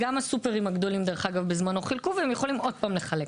גם הסופרים הגדולים בזמנו חילקו ויכולים שוב לחלק.